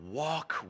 walk